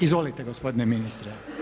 Izvolite gospodine ministre.